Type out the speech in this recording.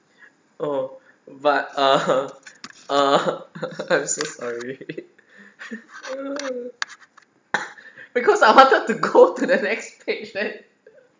oh but uh um uh I'm so sorry because I wanted to go to the next page then